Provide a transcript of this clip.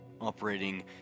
Operating